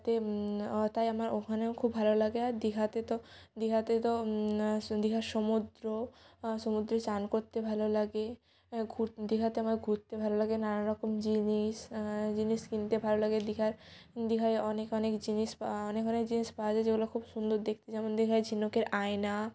যাতে আ তাই আমার ওখানেও খুব ভালো লাগে আর দীঘাতে তো দীঘাতে তো দীঘার সমুদ্র সমুদ্রে চান করতে ভালো লাগে ঘুর দীঘাতে আমার ঘুরতে ভাল লাগে নানান রকম জিনিস জিনিস কিনতে ভালো লাগে দীঘার দীঘায় অনেক অনেক জিনিস পাওয়া অনেক অনেক জিনিস পাওয়া যায় যেগুলো খুব সুন্দর দেখতে যেমন দেখায় ঝিনুকের আয়না